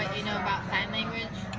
you know about sign language?